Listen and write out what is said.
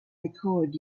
record